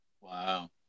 Wow